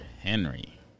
Henry